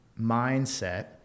mindset